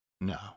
No